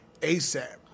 ASAP